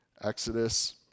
Exodus